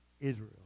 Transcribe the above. Israel